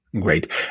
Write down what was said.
Great